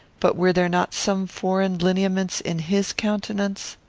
but were there not some foreign lineaments in his countenance?